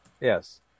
Yes